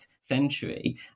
century